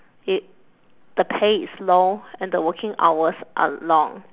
it the pay is low and the working hours are long